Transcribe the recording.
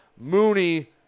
Mooney